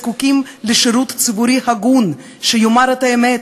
אנו זקוקים לשירות ציבורי הגון שיאמר את האמת,